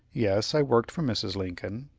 yes, i worked for mrs. lincoln.